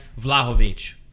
Vlahovic